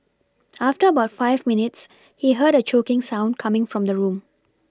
after about five minutes he heard a choking sound coming from the room